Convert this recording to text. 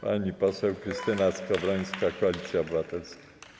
Pani poseł Krystyna Skowrońska, Koalicja Obywatelska.